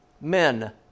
men